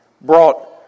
brought